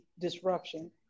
disruption